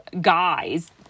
guys